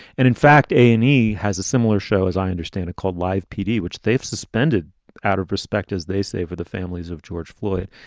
and in fact, a and e has a similar show, as i understand it, called live pd, which they've suspended out of respect, as they say, for the families of george floyd.